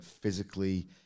physically